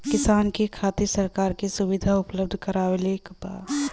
किसान के खातिर सरकार का सुविधा उपलब्ध करवले बा?